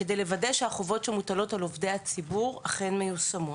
כדי לוודא שהחובות המוטלות על עובדי הציבור אכן מיושמות.